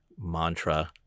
mantra